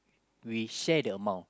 we share the amount